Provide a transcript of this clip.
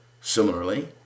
Similarly